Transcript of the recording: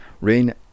Rain